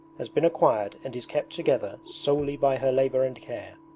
has been acquired and is kept together solely by her labour and care.